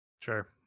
sure